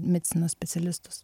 medicinos specialistus